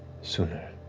sooner.